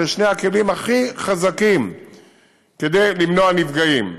אלה שני הכלים הכי חזקים כדי למנוע נפגעים.